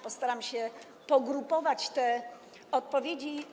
Postaram się pogrupować te odpowiedzi.